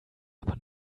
aber